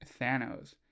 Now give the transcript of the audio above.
Thanos